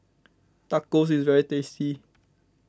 Tacos is very tasty